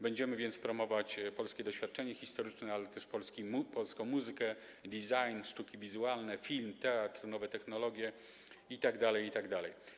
Będziemy więc promować polskie doświadczenie historyczne, ale też polską muzykę, design, sztuki wizualne, film, teatr, nowe technologie itd., itd.